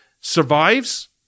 survives